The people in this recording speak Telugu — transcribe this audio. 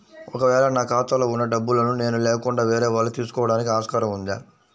ఒక వేళ నా ఖాతాలో వున్న డబ్బులను నేను లేకుండా వేరే వాళ్ళు తీసుకోవడానికి ఆస్కారం ఉందా?